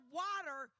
water